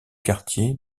quartier